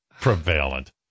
Prevalent